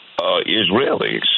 Israelis